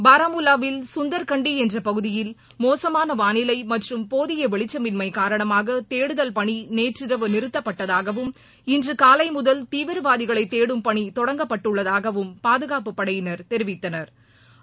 பாரமுல்லாவில் கந்தரா்கண்டி என்ற பகுதியில் மோசமான வாளிலை மற்றும் போதிய வெளிச்சமின்மை காரணமாக தேடும் பணி நேற்றிரவு நிறுத்தப்பட்டதாகவும இன்று காலை முதல் தீவிரவாதிகளை தேடும் பணி தொடங்கப்பட்டுள்ளதாகவும் பாதுகாப்பு படையினா் தெரிவித்தனா்